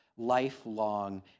lifelong